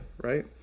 right